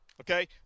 Okay